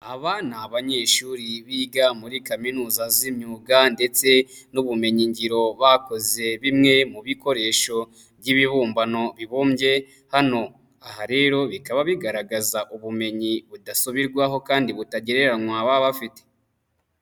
Aba ni abanyeshuri biga muri kaminuza z'imyuga ndetse n'ubumenyingiro bakoze bimwe mu bikoresho by'ibibumbano bibumbye hano. Aha rero bikaba bigaragaza ubumenyi budasubirwaho kandi butagereranywa baba bafite.